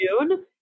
June